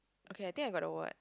okay I think I got the word